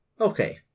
Okay